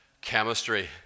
chemistry